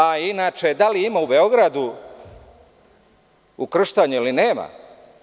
A inače da li ima u Beogradu ukrštanja ili nema?